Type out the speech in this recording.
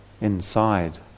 inside